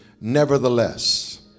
Nevertheless